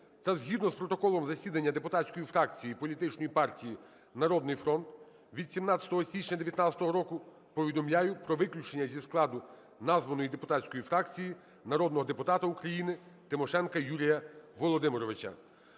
та згідно з протоколом засідання депутатської фракції Політичної партії "Народний фронт" від 17 січня 19-го року повідомляю про виключення зі складу названої депутатської фракція народного депутата України Тимошенка Юрія Володимировича.